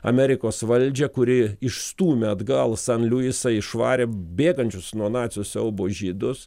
amerikos valdžią kuri išstūmė atgal san luisą išvarė bėgančius nuo nacių siaubo žydus